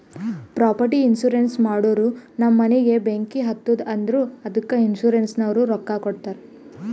property insurance ಮಾಡೂರ್ ನಮ್ ಮನಿಗ ಬೆಂಕಿ ಹತ್ತುತ್ತ್ ಅಂದುರ್ ಅದ್ದುಕ ಇನ್ಸೂರೆನ್ಸನವ್ರು ರೊಕ್ಕಾ ಕೊಡ್ತಾರ್